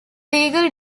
legal